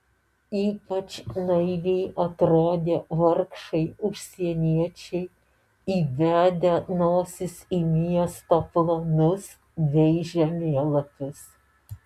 ypač naiviai atrodė vargšai užsieniečiai įbedę nosis į miesto planus bei žemėlapius